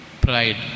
pride